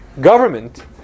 government